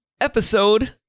episode